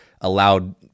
allowed